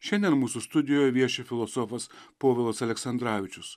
šiandien mūsų studijoje vieši filosofas povilas aleksandravičius